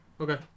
Okay